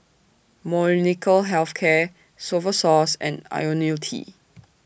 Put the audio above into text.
Molnylcke Health Care Novosource and Ionil T